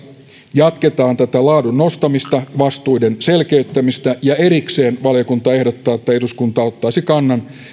jatketaan laadun nostamista vastuiden selkeyttämistä ja erikseen valiokunta ehdottaa että eduskunta ottaisi kannan